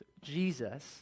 Jesus